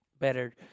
better